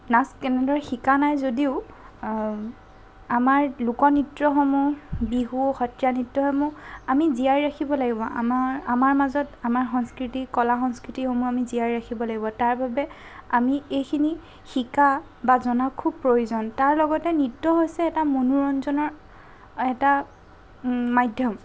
নাচ তেনেদৰে শিকা নাই যদিও আমাৰ লোকনৃত্যসমূহ বিহু সত্ৰীয়া নৃত্যসমূহ আমি জীয়াই ৰাখিব লাগিব আমাৰ আমাৰ মাজত আমাৰ সংস্কৃতি কলা সংস্কৃতিসমূহ আমি জীয়াই ৰাখিব লাগিব তাৰ বাবে আমি এইখিনি শিকা বা জনা খুব প্ৰয়োজন তাৰ লগতে নৃত্যও হৈছে এটা মনোৰঞ্জনৰ এটা মাধ্যম